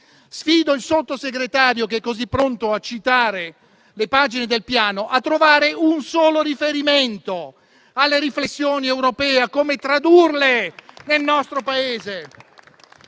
Sfido il Sottosegretario, che è così pronto a citare le pagine del piano, a trovare un solo riferimento alle riflessioni europee, a come tradurle nel nostro Paese.